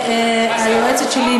והיועצת שלי,